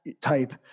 type